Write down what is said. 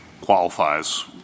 qualifies